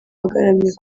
agaramye